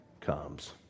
comes